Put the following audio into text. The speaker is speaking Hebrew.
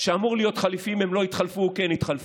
שאמור להיות חליפי אם הם לא יתחלפו או כן יתחלפו,